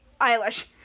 Eilish